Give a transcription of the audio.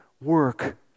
work